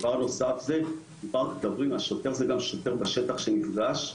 הדבר הנוסף, שוטר זה גם שוטר בשטח שנפגש.